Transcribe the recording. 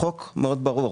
החוק מאוד ברור.